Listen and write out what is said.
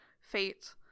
fate